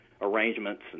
arrangements